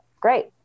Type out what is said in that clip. great